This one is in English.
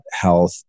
health